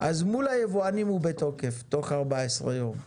אז מול היבואנים הוא בתוקף תוך 14 יום.